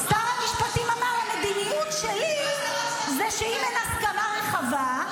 שר המשפטים אמר: המדיניות שלי זה שאם אין הסכמה רחבה,